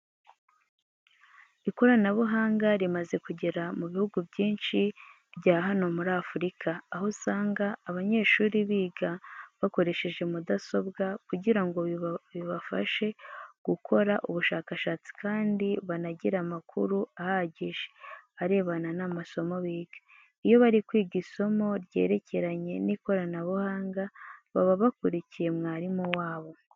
Ikoranabuhanga rimaze kugera mu bihugu byinshi bya hano muri Afurika, aho usanga abanyeshuri biga bakoresheje mudasobwa kugira ngo bibafashe gukora ubushakashatsi kandi banagire amakuru ahagije arebana n'amasomo biga. Iyo bari kwiga isomo ryerekeranye n'ikoranabuhanga baba bakurikiye mwarimu wabo.